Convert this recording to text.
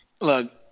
Look